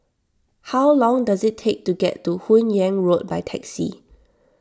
how long does it take to get to Hun Yeang Road by taxi